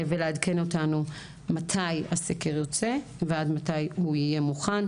ולעדכן אותנו מתי הסקר יוצא ועד מי הוא יהיה מוכן.